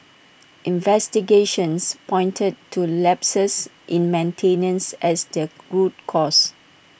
investigations pointed to lapses in maintenance as the root cause